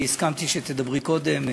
אני הסכמתי שתדברי קודם,